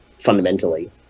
fundamentally